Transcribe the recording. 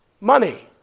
money